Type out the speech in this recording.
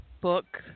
book